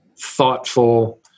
thoughtful